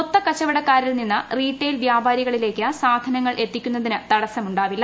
മൊത്തക്കച്ചവടക്കാരിൽ നിന്ന് ക്റ്റീട്ടെയിൽ വ്യാപാരികളിലേക്ക് സാധനങ്ങൾ എത്തിക്കുന്നതിന് ത്രട്സമുണ്ടാവില്ല